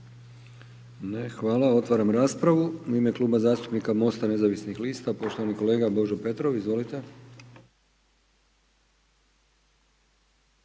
Hvala. Otvaram raspravu u ime Kluba zastupnika Mosta nezavisnih lista, poštovani kolega Božo Petrov, izvolite.